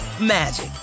magic